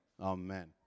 Amen